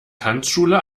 tanzschule